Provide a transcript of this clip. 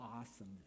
awesome